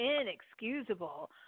inexcusable